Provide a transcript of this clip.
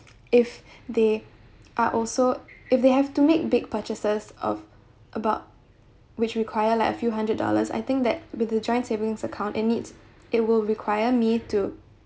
if they are also if they have to make big purchases of about which require like a few hundred dollars I think that with the joint savings account it needs it will require me to